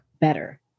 better